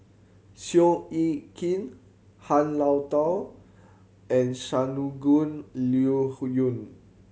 Seow Yit Kin Han Lao Da and Shangguan Liu yun